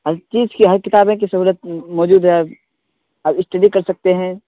ہر چیز کی ہر کتابیں کی سہولت موجود ہے آپ اسٹڈی کر سکتے ہیں